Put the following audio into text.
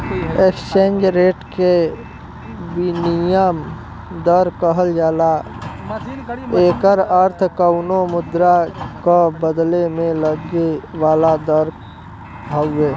exchange rate के विनिमय दर कहल जाला एकर अर्थ कउनो मुद्रा क बदले में लगे वाला दर हउवे